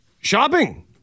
shopping